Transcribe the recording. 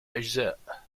أجزاء